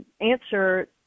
answer